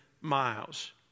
miles